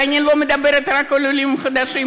ואני לא מדברת רק על עולים חדשים,